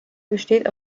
besteht